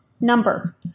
number